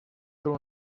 son